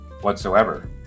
whatsoever